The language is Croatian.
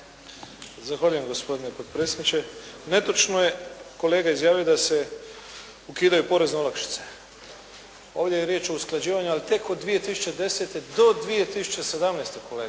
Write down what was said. Zahvaljujem gospodine potpredsjedniče. Netočno je kolega izjavio da se ukidaju porezne olakšice. Ovdje je riječ o usklađivanju ali tek od 2010. do 2017. kolega.